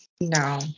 No